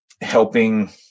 helping